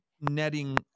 netting